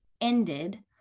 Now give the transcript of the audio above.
ended